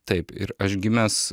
taip ir aš gimęs